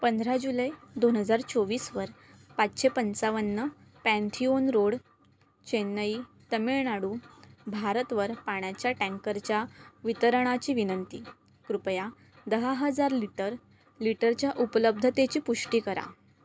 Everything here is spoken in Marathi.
पंधरा जुलै दोन हजार चोवीसवर पाचशे पंचावन्न पॅनथिओन रोड चेन्नई तमिळनाडू भारतवर पाण्याच्या टँकरच्या वितरणाची विनंती कृपया दहा हजार लिटर लिटरच्या उपलब्धतेची पुष्टी करा